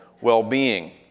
well-being